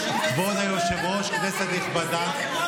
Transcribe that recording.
"בסיום הרצאתי אף ציינתי כי פרשנות,